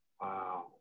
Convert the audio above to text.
wow